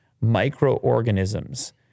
microorganisms